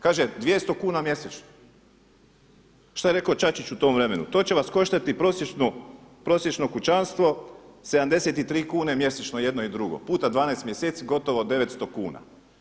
Kaže 200 kuna mjesečno, šta je rekao Čačić u tom vremenu to će vas koštati prosječno kućanstvo 73 kune mjesečno jedno i drugo, puta 12 mjeseci gotovo 900 kuna.